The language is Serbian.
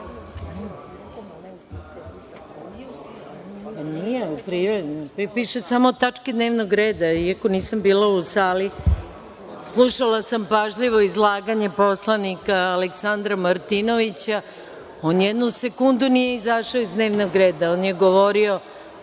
iz DJB. Pričao je samo o tački dnevnog reda. Iako nisam bila u sali, slušala sam pažljivo izlaganje poslanika Aleksandra Martinovića, on nijednu sekundu nije izašao iz dnevnog reda. Govorio